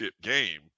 game